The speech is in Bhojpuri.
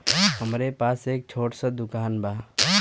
हमरे पास एक छोट स दुकान बा